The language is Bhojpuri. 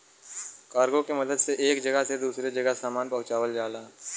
कार्गो के मदद से एक जगह से दूसरे जगह सामान पहुँचावल जाला